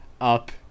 up